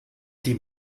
dem